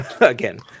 again